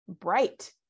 bright